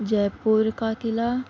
جے پور کا قلعہ